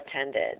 attended